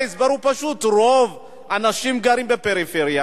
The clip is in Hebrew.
ההסבר הוא פשוט: רוב האנשים גרים בפריפריה,